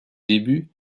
début